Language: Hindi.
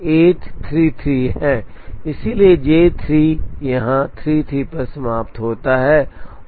इसलिए J 3 यहाँ 33 पर समाप्त होता है